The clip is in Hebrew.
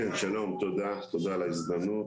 תודה על ההזדמנות.